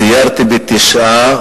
סיירתי בתשעה